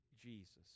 Jesus